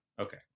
Okay